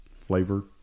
flavor